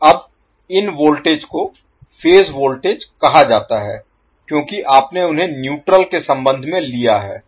तो अब इन वोल्टेज को फेज वोल्टेज कहा जाता है क्योंकि आपने उन्हें न्यूट्रल के संबंध में लिया है